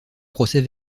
procès